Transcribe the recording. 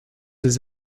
des